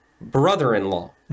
brother-in-law